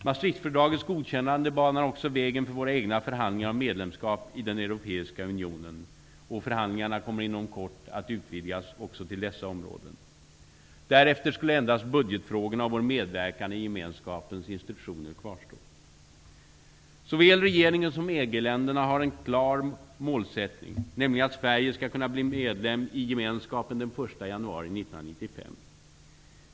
Maastrichtfördragets godkännande banar också vägen för våra egna förhandlingar om medlemskap i den europeiska unionen, och förhandlingarna kommer inom kort att utvidgas även till dessa områden. Därefter skulle endast budgetfrågorna och vår medverkan i gemenskapens institutioner kvarstå. Såväl regeringen som EG-länderna har en klar målsättning, nämligen att Sverige skall kunna bli medlem i gemenskapen den 1 januari 1995.